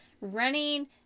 running